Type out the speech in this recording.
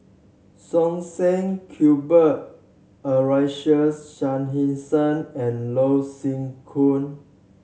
Som Said Cuthbert Aloysius Shepherdson and Loh Sin